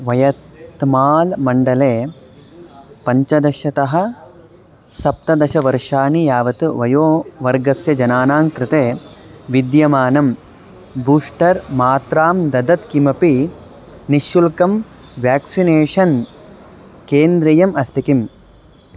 वयत्माल्मण्डले पञ्चदशतः सप्तदशवर्षाणि यावत् वयोवर्गस्य जनानां कृते विद्यमानं बूस्टर् मात्रां ददत् किमपि निःशुल्कं व्याक्सिनेषन् केन्द्रम् अस्ति किम्